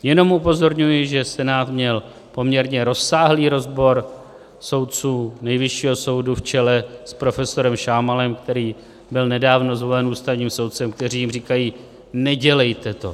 Jenom upozorňuji, že Senát měl poměrně rozsáhlý rozbor soudců Nejvyššího soudu v čele s profesorem Šámalem, který byl nedávno zvolen ústavním soudcem, kteří jim říkají: Nedělejte to.